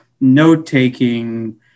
note-taking